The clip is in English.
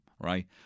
right